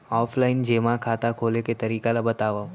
Offline जेमा खाता खोले के तरीका ल बतावव?